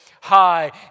high